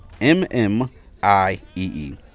M-M-I-E-E